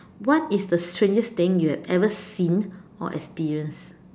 what is the strangest thing you have ever seen or experienced